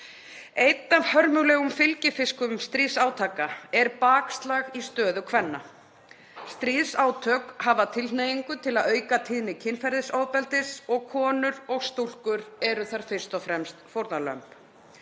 Einn af hörmulegum fylgifiskum stríðsátaka er bakslag í stöðu kvenna. Stríðsátök hafa tilhneigingu til að auka tíðni kynferðisofbeldis og konur og stúlkur eru þar fyrst og fremst fórnarlömb.